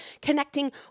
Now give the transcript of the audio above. connecting